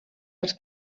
als